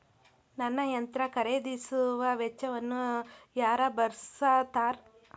ನನ್ನ ಯಂತ್ರ ಖರೇದಿಸುವ ವೆಚ್ಚವನ್ನು ಯಾರ ಭರ್ಸತಾರ್?